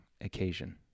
occasion